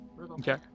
Okay